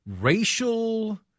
racial